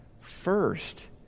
first